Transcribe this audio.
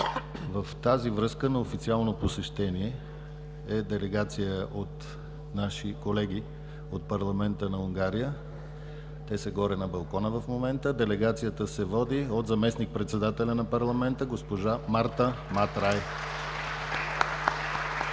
В тази връзка на официално посещение е делегация от наши колеги от парламента на Унгария. Те са горе на балкона в момента. Делегацията се води от заместник-председателя на парламента госпожа Марта Матраи. (Народните